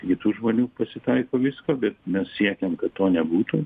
kitų žmonių pasitaiko visko bet mes siekiam kad to nebūtų